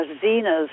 Zena's